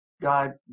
God